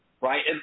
right